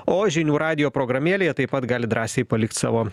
o žinių radijo programėlėje taip pat galit drąsiai palikt savo